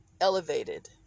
elevated